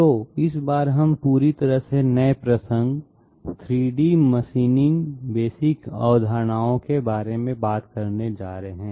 तो इस बार हम पूरी तरह से नए प्रसंग 3 D मशीनिंग बेसिक अवधारणाओं के बारे में बात करने जा रहे हैं